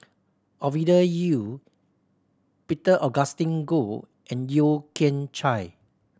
Ovidia Yu Peter Augustine Goh and Yeo Kian Chye